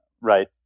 right